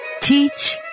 Teach